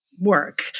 work